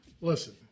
Listen